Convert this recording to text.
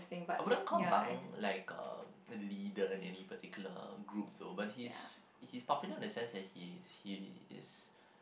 I wouldn't call bang like a leader any particular group to but he's he is popular in a sense that he he is